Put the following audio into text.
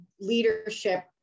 leadership